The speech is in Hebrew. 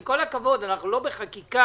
עם כל הכבוד, אנחנו לא עוסקים כעת בחקיקה.